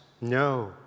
No